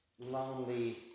lonely